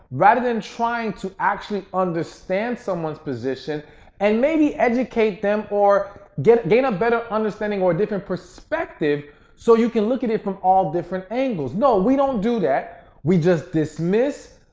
rather than trying to actually understand someone's position and maybe educate them or gain a better understanding or different perspective so you can look at it from all different angles. no, we don't do that. we just dismiss,